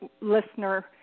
listener